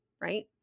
right